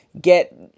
get